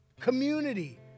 Community